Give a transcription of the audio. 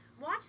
watch